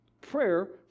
Prayer